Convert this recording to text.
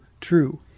true